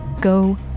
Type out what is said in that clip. Go